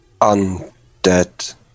undead